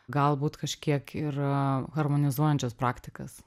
galbūt kažkiek ir harmonizuojančias praktikas